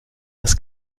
das